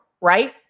right